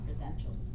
credentials